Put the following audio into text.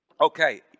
Okay